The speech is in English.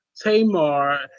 Tamar